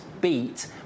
beat